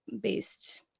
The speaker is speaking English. based